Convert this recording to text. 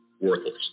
worthless